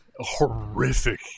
Horrific